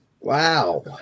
Wow